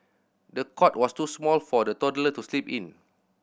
the cot was too small for the toddler to sleep in